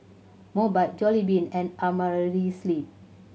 Mobike Jollibean and Amerisleep